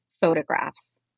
photographs